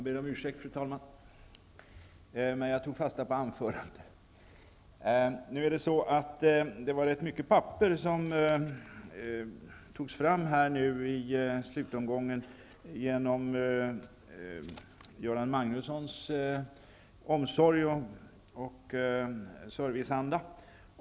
Fru talman! Jag tog fasta på Göran Magnussons anförande. Det var rätt mycket material som togs fram här i slutomgången genom Göran Magnussons omsorg och serviceanda.